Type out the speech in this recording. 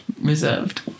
reserved